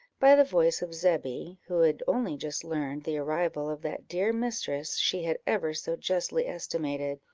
by the voice of zebby, who had only just learned the arrival of that dear mistress she had ever so justly estimated.